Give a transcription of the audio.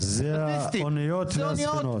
סטטיסטית --- זה האוניות והספינות.